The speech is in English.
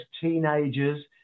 teenagers